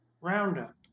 Roundup